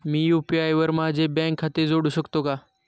मी UPI वर माझे bank खाते जोडू शकतो का?